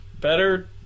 better